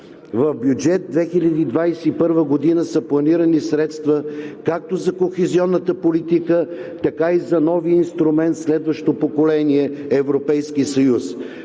В бюджет 2021 г. са планирани средства както за кохезионната политика, така и за новия инструмент следващо поколение Европейски съюз,